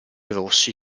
rossi